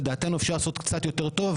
לדעתנו אפשר לעשות קצת יותר טוב,